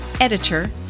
editor